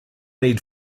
need